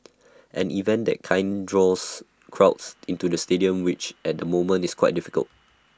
an event that kind draws crowds into the stadium which at the moment is quite difficult